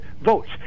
votes